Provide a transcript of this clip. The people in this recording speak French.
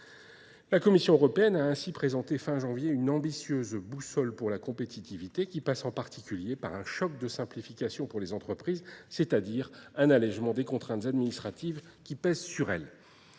La Commission européenne a ainsi présenté fin janvier une ambitieuse boussole pour la compétitivité qui passe en particulier par un choc de simplification pour les entreprises, c'est-à-dire un allègement des contraintes administratives qui pèsent sur elles.